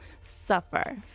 suffer